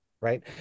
right